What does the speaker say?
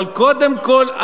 אבל קודם כול,